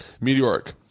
meteoric